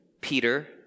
peter